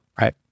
right